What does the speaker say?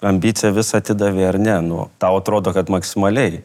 ambiciją visą atidavei ar ne nu tau atrodo kad maksimaliai